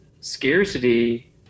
scarcity